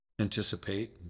anticipate